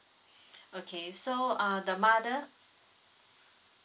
okay so uh the mother